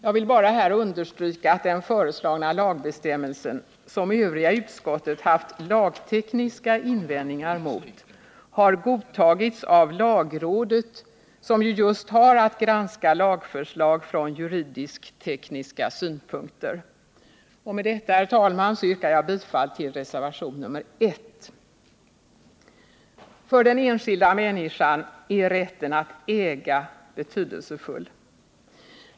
Jag vill bara här understryka att den föreslagna lagbestämmelsen, som övriga i utskottet haft lagtekniska invändningar mot, har godtagits av lagrådet som ju just har att granska lagförslag från juridisk-tekniska synpunkter. Med detta, herr talman, yrkar jag bifall till reservationen 1. För den enskilda människan är rätten att äga betydelsefull.